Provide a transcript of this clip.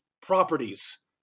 properties